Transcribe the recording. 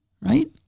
Right